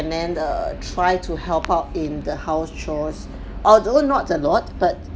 and then err try to help out in the house chores although not a lot but